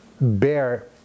bear